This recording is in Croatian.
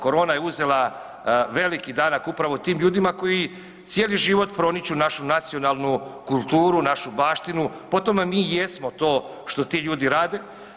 Korona je uzela veliki danak upravo tim ljudima koji cijeli život proniču našu nacionalnu kulturu, našu baštinu po tome mi jesmo to što ti ljudi rade.